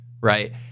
Right